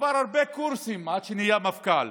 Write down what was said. עבר הרבה קורסים עד שנהיה מפכ"ל,